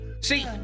See